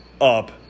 up